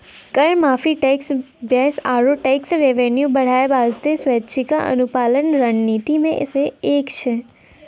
कर माफी, tax base आरो टैक्स रेवेन्यू बढ़ाय बासतें स्वैछिका अनुपालन रणनीति मे सं एक छै